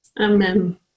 Amen